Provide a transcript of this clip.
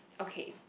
okay